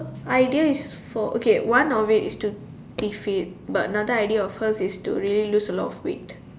idea is for okay one of it is to be fit but another idea of hers is to really lose a lot of weight